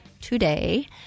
today